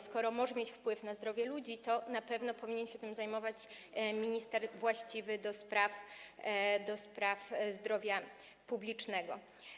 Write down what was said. Skoro może to mieć wpływ na zdrowie ludzi, to na pewno powinien się tym zajmować minister właściwy do spraw zdrowia publicznego.